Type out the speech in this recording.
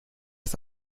ist